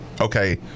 okay